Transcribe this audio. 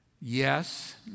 Yes